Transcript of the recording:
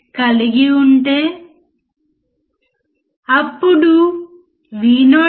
ఇప్పుడు మీరు ఈ ప్రత్యేక పట్టికను చూస్తే మనము ఇన్పుట్ వోల్టేజ్ వ్రాయాలి